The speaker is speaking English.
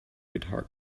guitar